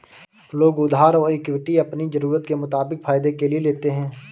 लोग उधार और इक्विटी अपनी ज़रूरत के मुताबिक फायदे के लिए लेते है